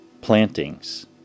plantings